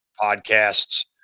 podcasts